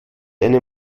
eine